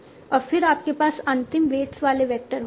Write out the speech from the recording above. और फिर आपके पास अंतिम वेट्स वाले वैक्टर होंगे